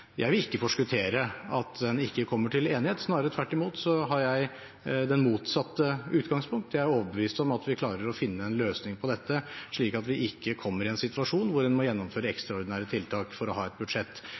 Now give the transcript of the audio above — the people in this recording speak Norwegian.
Jeg vil ikke forskuttere at en ikke kommer til enighet, snarere tvert imot har jeg det motsatte utgangspunktet: Jeg er overbevist om at vi klarer å finne en løsning på dette, slik at vi ikke kommer i en situasjon hvor en må gjennomføre